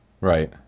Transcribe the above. right